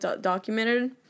documented